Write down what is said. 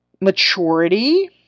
maturity